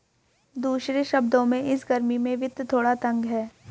दूसरे शब्दों में, इस गर्मी में वित्त थोड़ा तंग है